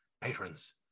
patrons